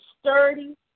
sturdy